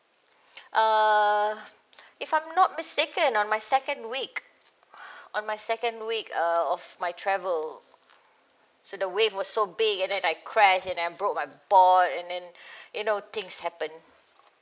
err if I'm not mistaken on my second week on my second week err of my travel so the wave was so big and then I crashed and I broke my board and then you know things happened